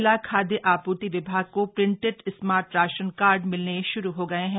जिला खाद्य आपूर्ति विभाग को प्रिंटेड स्मार्ट राशन कार्ड मिलने शुरू हो गए हैं